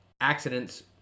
accidents